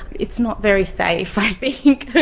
it's not very safe i think.